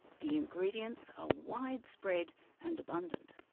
the ingredients are widespread and abundant.